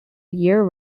year